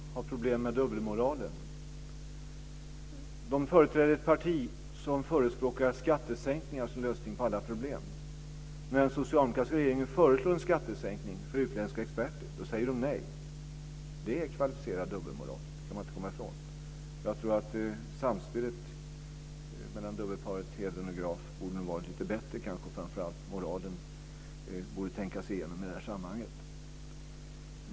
Fru talman! Dubbelparet Hedlund och Graf har problem med dubbelmoralen. De företräder ett parti som förespråkar skattesänkningar som lösning på alla problem. När den socialdemokratiska regeringen föreslår en skattesänkning för utländska experter, då säger de nej. Det är kvalificerad dubbelmoral. Det kan man inte komma ifrån. Jag tror att samspelet mellan dubbelparet Hedlund och Graf nog borde ha varit lite bättre, och framför allt borde moralen tänkas igenom i detta sammanhang.